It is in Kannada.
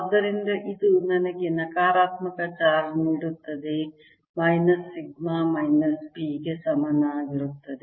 ಆದ್ದರಿಂದ ಇದು ನನಗೆ ನಕಾರಾತ್ಮಕ ಚಾರ್ಜ್ ನೀಡುತ್ತದೆ ಮೈನಸ್ ಸಿಗ್ಮಾ ಮೈನಸ್ p ಗೆ ಸಮನಾಗಿರುತ್ತದೆ